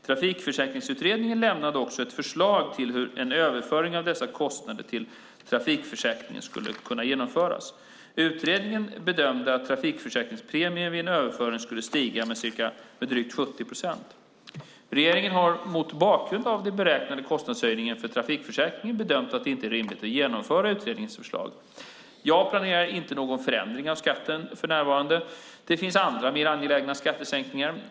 Trafikförsäkringsutredningen lämnade också ett förslag till hur en överföring av dessa kostnader till trafikförsäkringen skulle kunna genomföras. Utredningen bedömde att trafikförsäkringspremien vid en överföring skulle stiga med drygt 70 procent. Regeringen har mot bakgrund av den beräknade kostnadshöjningen för trafikförsäkringen bedömt att det inte är rimligt att genomföra utredningens förslag. Jag planerar inte någon förändring av skatten för närvarande. Det finns andra mer angelägna skattesänkningar.